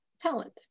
talent